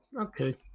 Okay